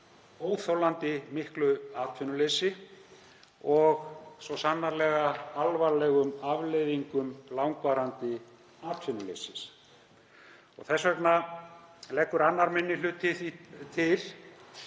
óþolandi miklu atvinnuleysi og sannarlega alvarlegum afleiðingum langvarandi atvinnuleysis. Þess vegna leggur 2. minni hluti til